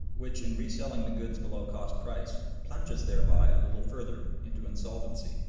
which, in re-selling the goods below cost price, plunges thereby a little further into insolvency.